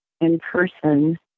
in-person